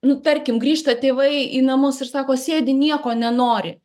nu tarkim grįžta tėvai į namus ir sako sėdi nieko nenori